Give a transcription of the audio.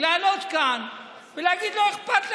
לעלות כאן ולהגיד: לא אכפת לך,